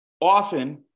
often